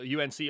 unc